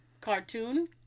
cartoon